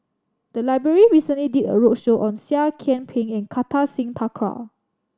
the library recently did a roadshow on Seah Kian Peng and Kartar Singh Thakral